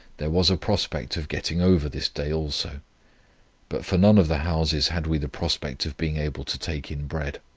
there was a prospect of getting over this day also but for none of the houses had we the prospect of being able to take in bread.